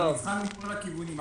זה נבחן מכל הכיוונים.